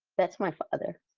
that's my father.